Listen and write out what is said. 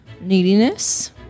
Neediness